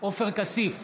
עופר כסיף,